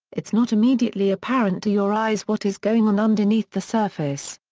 it's not immediately apparent to your eyes what is going on underneath the surface.